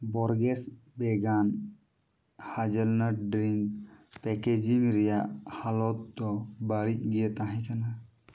burgers ᱵᱷᱮᱜᱟᱱ hazelnut drink packaging ᱨᱮᱭᱟᱜ ᱦᱟᱞᱚᱛ ᱫᱚ ᱵᱟᱹᱲᱤᱡᱜᱮ ᱛᱟᱦᱮᱸ ᱠᱟᱱᱟ